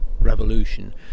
revolution